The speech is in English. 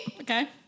Okay